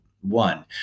one